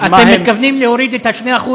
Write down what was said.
אתם מתכוונים להוריד את ה-2%,